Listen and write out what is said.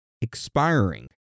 expiring